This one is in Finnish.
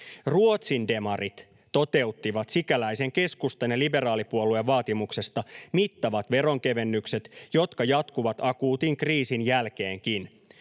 Ruotsin demarit toteuttivat sikäläisen keskustan ja liberaalipuolueen vaatimuksesta mittavat veronkevennykset, jotka jatkuvat akuutin kriisin jälkeenkin.